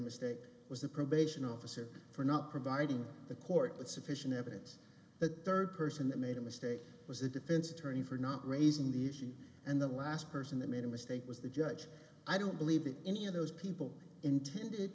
mistake was the probation officer for not providing the court with sufficient evidence that person that made a mistake was the defense attorney for not raising the issue and the last person that made a mistake was the judge i don't believe that any of those people intended